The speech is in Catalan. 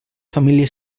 família